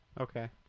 Okay